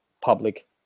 public